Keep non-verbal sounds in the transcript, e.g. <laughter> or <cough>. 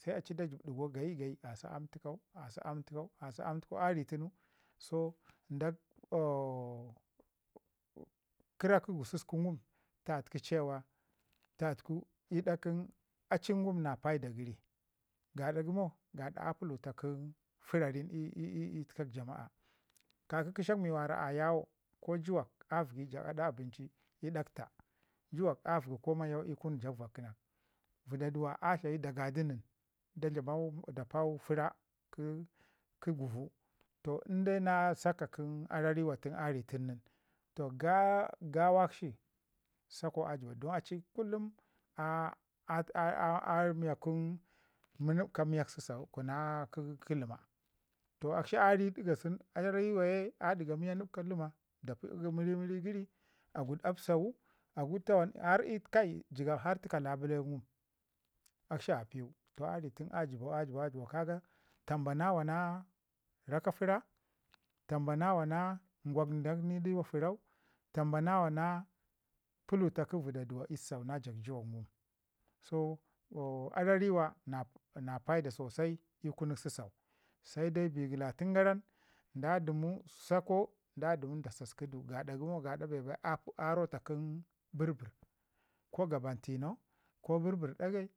da jəb ɗigau gayi gayi a sa aam təkau asa aam təkau asa aam təkau a ri tunu so nda <hesitation> kəra kə gususku ngum tatəku ce wa tatəku ii da kə a cin ngum na paida gəri, gada gəmo gaɗa a puluta kəshashin ii təka jamaa ka ki kəshak mi ayawo ka juwak a vəgi jak aɗa adinci ii ɗak taa juwak a vəgi ko mayau i kun jak vakənak vədaduwa a tlayi da ga ji nən da dlamau da pau fəra kə guvu toh inde na saka kə arariwa tun a ritun nin, toh gawakshi sakau a jəba du don aci kullum "a a a" ri nubka miya sau na kə ləma toh akshi a ri dəka sunu arariwa ye a ɗiga ri nubka ləma da pi mirimiri gəri aguɗ apsawu aguɗ tawam kai har jəgab har təka labile ngum akshia piwu, toh a ri tunu a jəbau a jəbau ke ka tamba na wa na raika fəra tamba nawa na kwa daknidiwa fəra tamba na wa na puluta vədaduwa i susau na ja juwak. So arariwa na paida sosai i kun susau se dai bigilatəngaran da dəmu sakau da dəmu da saskidu gaɗa gəmo gaɗa a rota kə bərbər ko gaban tino ko bərbər ɗagai